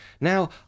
now